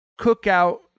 cookout